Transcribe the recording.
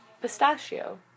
pistachio